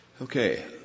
Okay